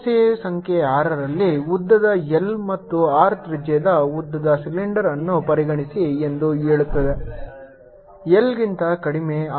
ಸಮಸ್ಯೆ ಸಂಖ್ಯೆ 6 ರಲ್ಲಿ ಉದ್ದದ L ಮತ್ತು R ತ್ರಿಜ್ಯದ ಉದ್ದದ ಸಿಲಿಂಡರ್ ಅನ್ನು ಪರಿಗಣಿಸಿ ಎಂದು ಹೇಳುತ್ತದೆ L ಗಿಂತ ಕಡಿಮೆ R